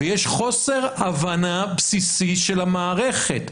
יש חוסר הבנה בסיסי של המערכת.